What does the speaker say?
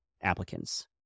applicants